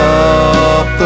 up